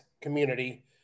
community